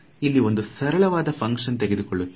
ಇಲ್ಲಿ ಒಂದು ಸರಳವಾದ ಫುನಕ್ಷನ್ ತೆಗೆದುಕೊಳ್ಳುತ್ತೇನೆ